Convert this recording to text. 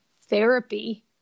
therapy